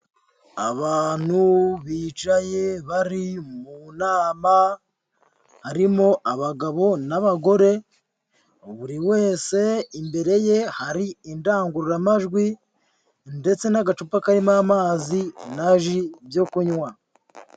Abantu bicaye bari mu nama, harimo abagabo n'abagore, buri wese imbere ye hari indangururamajwi ndetse n'agacupa karimo amazi na ji byo kunywa.